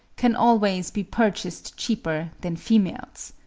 can always be purchased cheaper than females.